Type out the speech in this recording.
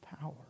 power